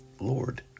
Lord